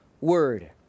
word